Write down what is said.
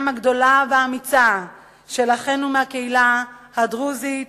הגדולה והאמיצה של אחינו מהקהילה הדרוזית,